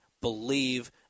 believe